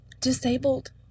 disabled